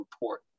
report